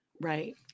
Right